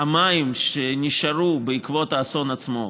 המים שנשארו בעקבות האסון עצמו,